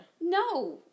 No